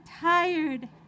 tired